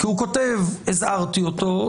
הוא כותב: הזהרתי אותו,